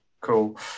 Cool